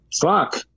Fuck